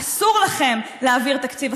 אסור לכם להעביר תקציב.